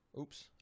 Oops